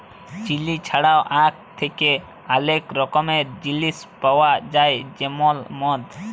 chilli ছাড়াও আখ থ্যাকে অলেক রকমের জিলিস পাউয়া যায় যেমল মদ